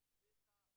אתם מסכימים.